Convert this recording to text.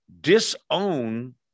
disown